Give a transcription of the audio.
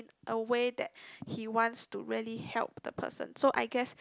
a way that he wants to really help the person so I guess